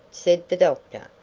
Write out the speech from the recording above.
said the doctor.